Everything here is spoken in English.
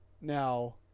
Now